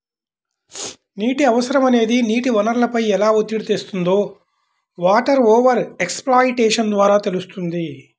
నీటి అవసరం అనేది నీటి వనరులపై ఎలా ఒత్తిడి తెస్తుందో వాటర్ ఓవర్ ఎక్స్ప్లాయిటేషన్ ద్వారా తెలుస్తుంది